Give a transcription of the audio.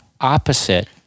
opposite